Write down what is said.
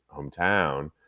hometown